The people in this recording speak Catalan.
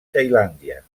tailàndia